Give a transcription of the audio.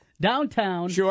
downtown